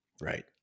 right